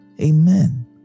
Amen